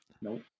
Nope